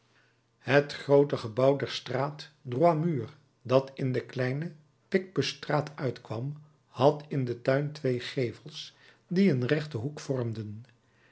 het groote gebouw der straat droit mur dat in de kleine picpus straat uitkwam had in den tuin twee gevels die een rechten hoek vormden